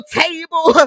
table